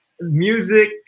music